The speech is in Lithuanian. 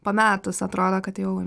pametus atrodo kad jau